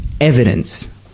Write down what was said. evidence